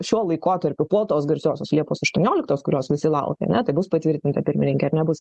šiuo laikotarpiu po tos garsiosios liepos aštuonioliktos kurios visi laukia ane tai bus patvirtinta pirmininkė ar nebus